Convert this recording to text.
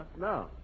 No